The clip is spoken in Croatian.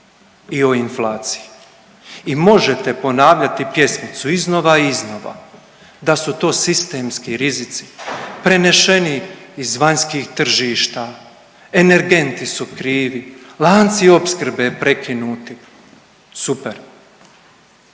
i o inflaciji. I možete ponavljati pjesmicu iznova i iznova da su to sistemski rizici prenešeni iz vanjskih tržišta, energenti su krivi, lanci opskrbe prekinuti, super.